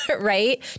right